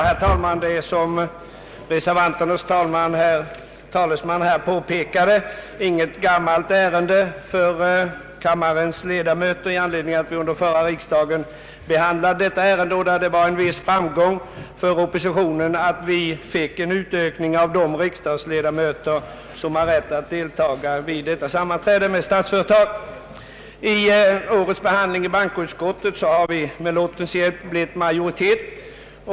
Herr talman! Reservanternas talesman påpekade att detta inte är ett nytt ärende för kammarens ledamöter, eftersom vi behandlade det även vid förra årets riksdag. Oppositionen fick då en viss framgång på det sättet att det blev en utökning av antalet riksdagsledamöter som har rätt att deltaga vid sammanträden med statsföretag. Vid årets behandling i bankoutskottet har vi med lottens hjälp uppnått majoritet.